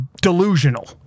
delusional